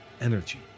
energy